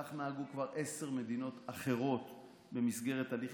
כך נהגו כבר עשר מדינות אחרות במסגרת הליך